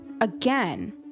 again